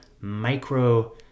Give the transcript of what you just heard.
micro